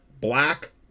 black